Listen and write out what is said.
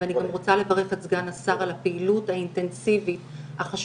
ואני גם רוצה לברך את סגן השר על הפעילות האינטנסיבית החשובה.